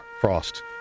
Frost